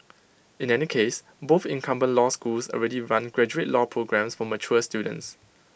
in any case both incumbent law schools already run graduate law programmes for mature students